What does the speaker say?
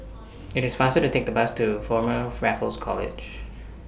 IT IS faster to Take The Bus to Former Raffles College